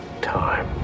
time